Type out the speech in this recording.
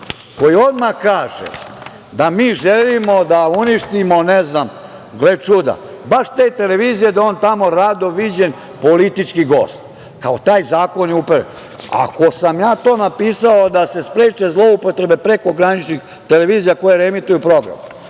koji odmah kaže da mi želimo da uništimo, gle čuda, baš te televizije, da je on tamo rado viđen politički gost. Ako sam ja to napisao da se spreče zloupotrebe prekograničnih televizija koje reemituju program,